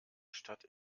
stadt